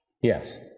Yes